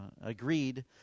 agreed